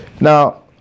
Now